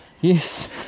yes